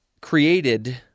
created